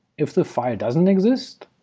if the file doesn't exist,